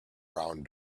brown